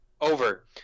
Over